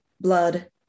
Blood